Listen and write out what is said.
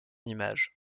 images